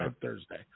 Thursday